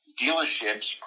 dealerships